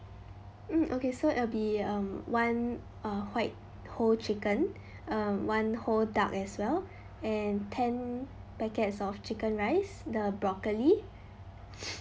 mm okay so it'll be um one uh white whole chicken uh one whole duck as well and ten packets of chicken rice the broccoli